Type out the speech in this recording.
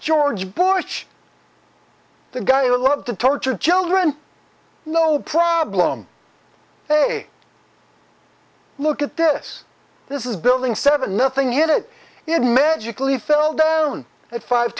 george bush the guy you love to torture children no problem hey look at this this is building seven nothing hit it it magically fell down at five